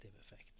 effect